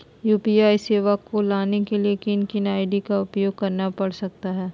UPI सेवाएं को लाने के लिए किन किन आई.डी का उपयोग करना पड़ सकता है?